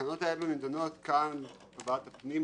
התקנות האלה נדונות כאן בוועדת הפנים